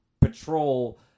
patrol